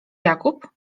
jakub